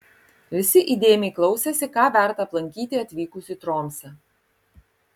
visi įdėmiai klausėsi ką verta aplankyti atvykus į tromsę